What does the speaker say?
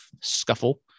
scuffle